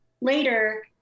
later